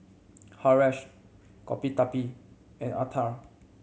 Haresh Gottipati and Atal